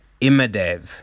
Imadev